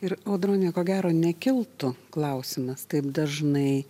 ir audrone ko gero nekiltų klausimas taip dažnai